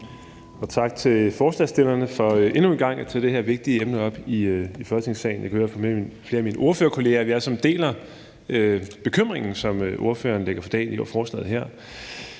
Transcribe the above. Og tak til forslagsstillerne for endnu en gang at tage det her vigtige emne op i Folketingssalen. Jeg kan høre på flere af mine ordførerkolleger, at vi alle sammen deler bekymringen, som ordføreren lægger for dagen i forslaget her.